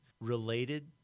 related